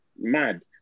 mad